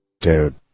Dude